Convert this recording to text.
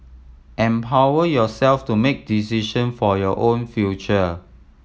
empower yourself to make decision for your own future